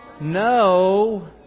No